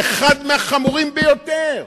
זה אחד מהחמורים ביותר.